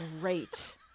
great